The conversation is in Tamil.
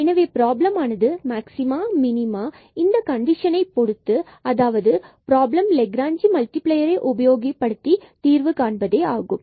எனவே பிராபலமானது மேக்சிமா மினிமா இந்த கண்டிஷனை பொருத்து அதாவது ப்ராப்ளம் க்கு லெக்க்ராஞ் மல்டிபிளையரை உபயோகப்படுத்தி தீர்வு காண்பதே ஆகும்